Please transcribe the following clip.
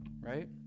right